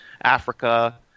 Africa